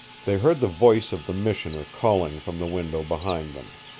they heard the voice of the missioner calling from the window behind them.